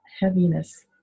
heaviness